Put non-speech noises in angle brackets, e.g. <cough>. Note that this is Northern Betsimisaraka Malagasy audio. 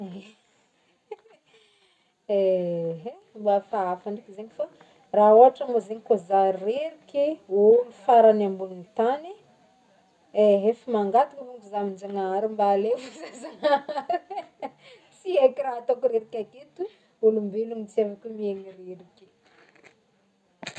Ie, <laughs> ehe mbô hafahafa ndraiky zegny fa raha ohatra moa zegny koa za rery ke olo faragny ambonin'ny tany ehe, efa mangataka mônko za amin-janahary mba alaivo za zanahary e <laughs> tsy aiko raha ataoko rery k'aketo, olombelogno tsy afaka miaigny rery ake.